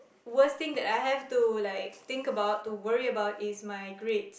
worst thing that I have to like think about to worry about is my grade